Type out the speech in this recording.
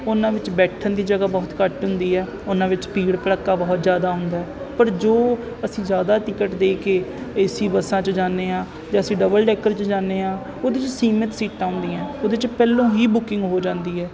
ਉਹਨਾਂ ਵਿੱਚ ਬੈਠਣ ਦੀ ਜਗ੍ਹਾ ਬਹੁਤ ਘੱਟ ਹੁੰਦੀ ਹੈ ਉਹਨਾਂ ਵਿੱਚ ਭੀੜ ਭੜੱਕਾ ਬਹੁਤ ਜ਼ਿਆਦਾ ਹੁੰਦਾ ਪਰ ਜੋ ਅਸੀਂ ਜ਼ਿਆਦਾ ਟਿਕਟ ਦੇ ਕੇ ਏ ਸੀ ਬੱਸਾਂ 'ਚ ਜਾਂਦੇ ਹਾਂ ਜਾਂ ਅਸੀਂ ਡਬਲ ਡੈਕਲ 'ਚ ਜਾਂਦੇ ਹਾਂ ਉਹਦੇ 'ਚ ਸੀਮਿਤ ਸੀਟਾਂ ਹੁੰਦੀਆ ਉਹਦੇ 'ਚ ਪਹਿਲਾਂ ਹੀ ਬੁਕਿੰਗ ਹੋ ਜਾਂਦੀ ਹੈ